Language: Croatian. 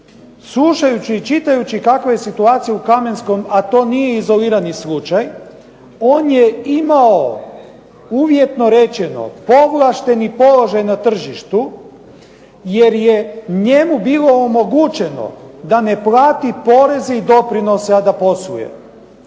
slušajući i čitajući kakva je situacija u "Kamenskom" a to nije izolirani slučaj on je imao uvjetno rečeno povlašteni položaj na tržištu, jer je njemu bilo omogućeno da ne plati poreze i doprinose, a da posluje.